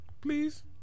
Please